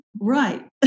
right